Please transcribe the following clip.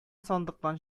сандыктан